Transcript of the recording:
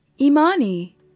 Imani